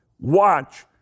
Watch